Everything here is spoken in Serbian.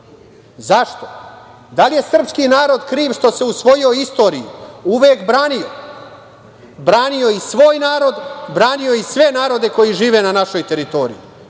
Zašto? Da li je srpski narod kriv što se u svojoj istoriji uvek branio, branio i svoj narod, branio i sve narode koji žive na našoj teritoriji?